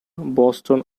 boston